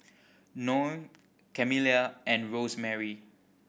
Noe Camilla and Rosemarie